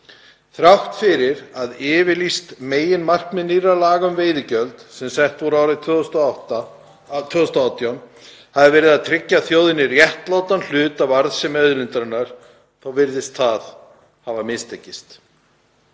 Þrátt fyrir að yfirlýst meginmarkmið nýrra laga um veiðigjöld, sem sett voru árið 2018, hafi verið að tryggja þjóðinni réttlátan hlut af arðsemi auðlindarinnar þá virðist sem það hafi mistekist.